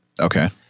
Okay